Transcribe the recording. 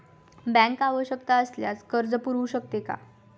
Bank आवश्यकता असल्यावर कर्ज पुरवू शकते का?